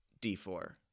d4